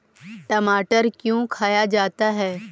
टमाटर क्यों खाया जाता है?